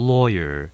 Lawyer